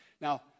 now